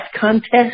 contest